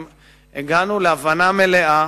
הגענו להבנה מלאה